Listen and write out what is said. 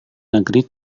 negeri